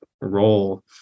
role